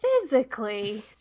physically